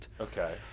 Okay